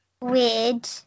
weird